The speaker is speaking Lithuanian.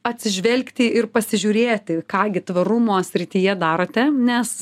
atsižvelgti ir pasižiūrėti ką gi tvarumo srityje darote nes